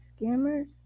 scammers